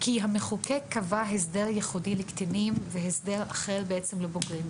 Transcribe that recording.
כי המחוקק קבע הסדר ייחודי לקטינים והסדר אחר לבוגרים.